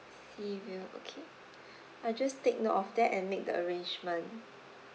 sea view okay I'll just take note of that and make the arrangement